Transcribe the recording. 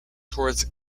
towards